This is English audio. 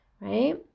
right